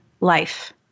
life